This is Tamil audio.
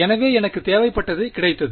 எனவே எனக்கு தேவைப்பட்டது கிடைத்தது